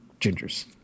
Gingers